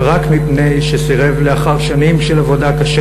רק מפני שסירב לאחר שנים של עבודה קשה